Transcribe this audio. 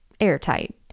airtight